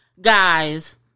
guys